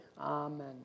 Amen